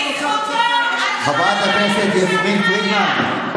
בוקר טוב, חברת הכנסת יסמין פרידמן.